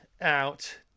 out